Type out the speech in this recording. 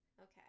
Okay